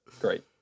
great